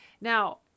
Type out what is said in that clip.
Now